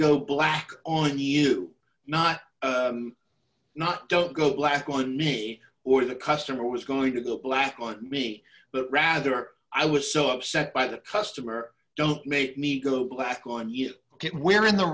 go black are you not not don't go black on me or the customer was going to go black on me but rather i was so upset by the customer don't make me go black on you get we're in the